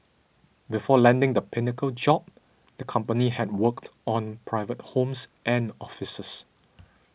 before landing the Pinnacle job the company had worked on private homes and offices